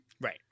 Right